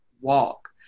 walk